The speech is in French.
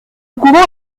courant